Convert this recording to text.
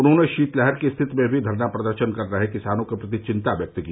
उन्होंने शीतलहर की स्थिति में भी धरना प्रदर्शन कर रहे किसानों के प्रति चिंता व्यक्त की